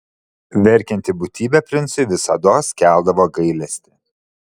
verkianti būtybė princui visados keldavo gailestį